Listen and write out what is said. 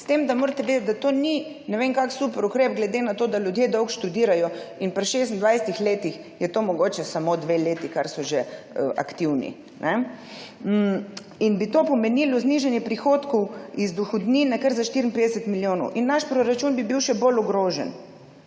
S tem da morate vedeti, da to ni ne vem kakšen super ukrep, glede na to, da ljudje dolgo študirajo in pri 26 letih sta to mogoče samo dve leti, kar so že aktivni. To bi pomenilo znižanje prihodkov iz dohodnine kar za 54 milijonov in naš proračun bi bil še bolj ogrožen.